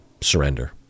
surrender